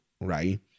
right